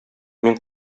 мин